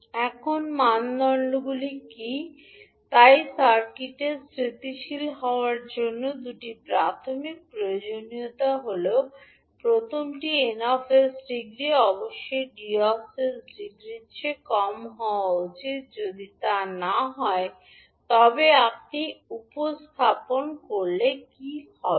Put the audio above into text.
এখন এখন মানদণ্ডগুলি কী তাই সার্কিটের স্থিতিশীল হওয়ার জন্য দুটি প্রাথমিক প্রয়োজনীয়তা হল প্রথমটি N 𝑠 ডিগ্রি অবশ্যই 𝐷 𝑠 ডিগ্রির চেয়ে কম হওয়া উচিত যদি তা না হয় তবে আপনি উপস্থাপন করলে কি হবে